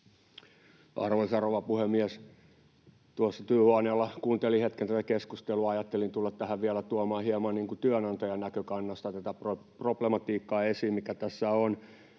Arvoisa rouva puhemies! Tuossa työhuoneella kuuntelin hetken tätä keskustelua, ja ajattelin tulla tähän vielä tuomaan hieman työnantajan näkökannasta esiin tätä problematiikkaa, mikä tässä on.